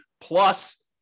plus